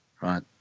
Right